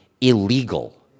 illegal